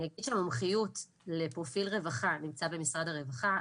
אני אגיד שהמומחיות לפרופיל רווחה נמצא במשרד הרווחה.